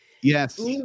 Yes